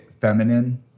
feminine